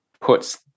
puts